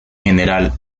general